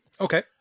Okay